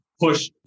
push